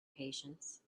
patience